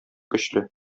көчле